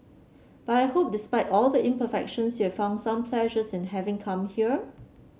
but I hope despite all the imperfections you have found some pleasures in having come here